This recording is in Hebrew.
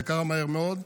זה קרה מהר מאוד,